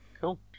cool